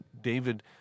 David